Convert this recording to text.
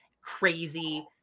crazy